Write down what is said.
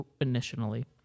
initially –